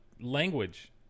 language